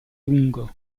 lungo